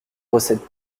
recette